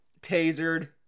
tasered